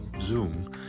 Zoom